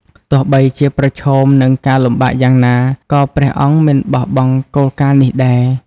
ទោះបីជាត្រូវប្រឈមនឹងការលំបាកយ៉ាងណា ក៏ព្រះអង្គមិនបោះបង់គោលការណ៍នេះដែរ ។